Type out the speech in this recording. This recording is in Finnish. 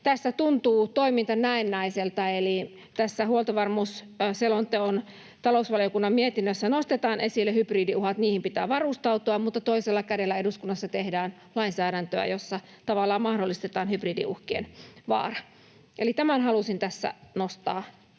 tässä tuntuu toiminta näennäiseltä. Eli tässä huoltovarmuusselonteon talousvaliokunnan mietinnössä nostetaan esille hybridiuhat, niihin pitää varustautua, mutta toisella kädellä eduskunnassa tehdään lainsäädäntöä, jossa tavallaan mahdollistetaan hybridiuhkien vaara. Eli tämän halusin tässä nostaa